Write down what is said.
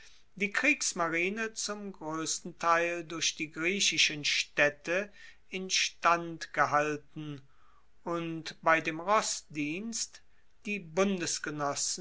die kriegsmarine zum groessten teil durch die griechischen staedte instand gehalten und bei dem rossdienst die